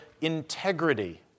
integrity